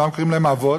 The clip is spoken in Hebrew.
למה קוראים להם אבות?